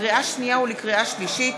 לקריאה שנייה ולקריאה שלישית: